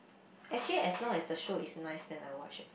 actually as long as the show is nice then I'll watch it